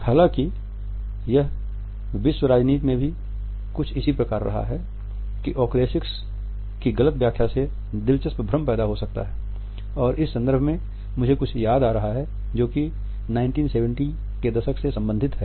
हालाँकि यह विश्व राजनीति में भी कुछ इसी प्रकार रहा है कि ओकुलेसिक्स की गलत व्याख्या से दिलचस्प भ्रम पैदा हो सकता है और इस संदर्भ में मुझे कुछ याद आ रहा जो कि 1970 के दशक से संबंधित है